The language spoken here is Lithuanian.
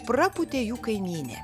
prapūtė jų kaimynė